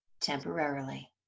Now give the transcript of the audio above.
temporarily